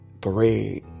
parade